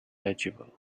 legible